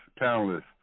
panelists